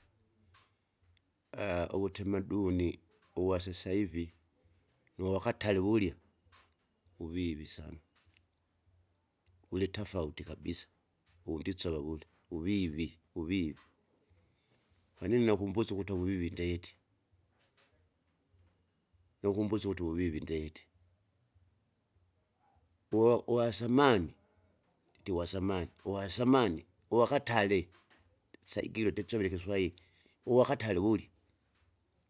uvutemaduni uvassasahivi, nuwakatare wurya wuvivi sana, vulitafauti kabisa uwundisova wule uvivi uvivi. Kwanini nakumbusa ukuta uvuvivi ndeti? naukumbusya ukuti uvuvivi ndeti, uwa- uwasamani, nditi uwasamani uwsamani uwakatare saigiro ndosivile ikiswairi, uwakatare wurya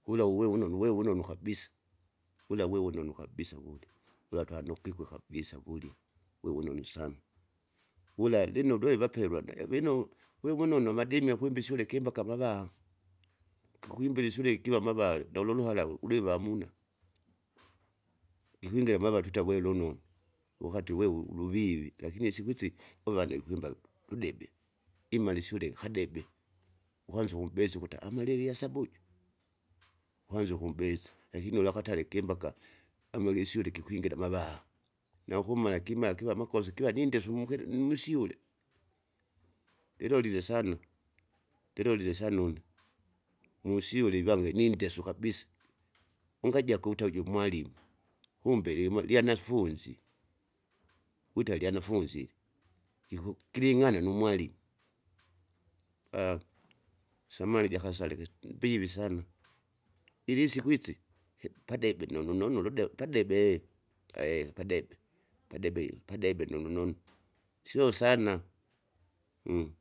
wula uwe wunonu uwe wunonu kabisa, wula uwe wunonu kabisa wurya wula twanokwike kabisa wurya, wewunonu sana. Wula lino undwe vapelwane vino wewunonu amademi akwimbe isyule kimba kama vaa kikwimbile isyule kikiva amavale ndoluluharawe kuliwu amuna. Ikwingira amava twita we lunonu, wakati we uluvivi lakini isiku siki uvana vikwimbavi tudebe, imara isyule kadebe, ukwanza ukumbesa ukuta amalie ilyasaba uju, ikwanza ukumbesa, lakini ulwakatale kimbaka amage isyule kikwingira mavaha. Naukumala kimala kiva amakosi kiva nindesu mukili nusyule, ilolile sana, lilolie sana une, musyule ivange nindesu kabisa, ungaja kuuta uju mwalimu, kumbe lilimwa lyanafunzi, wita lyanafunzi ili. Kiku kiling'ania numwalimu samani jakasale kisi mbivi sama, ilisiku isi hi- padebe nonu nonu ulude padebe, ae padebe, padebe padebe nonunonu, sio sana.